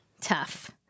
tough